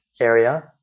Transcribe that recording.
area